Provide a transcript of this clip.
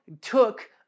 took